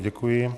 Děkuji.